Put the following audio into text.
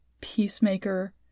peacemaker